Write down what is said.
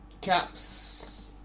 Cap's